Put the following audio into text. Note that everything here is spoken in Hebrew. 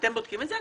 אתם בודקים את זה?